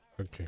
Okay